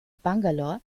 bangalore